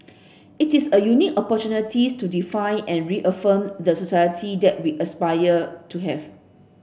it is a unique opportunity to define and reaffirm the society that we aspire to have